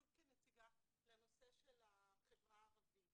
שוב כנציגת העמותה, לנושא של החברה הערבית